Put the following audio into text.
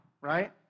right